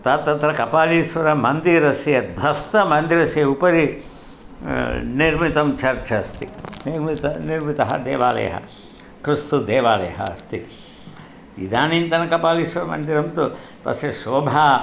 तत् तत्र कपालीश्वरमन्दिरस्य धस्तमन्दिरस्य उपरि निर्मितं चर्च् अस्ति निर्मितः निर्मितः देवालयः क्रिस्तदेवालयः अस्ति इदानींन्तन कपालीश्वरमन्दिरं तु तस्य शोभा